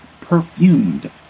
perfumed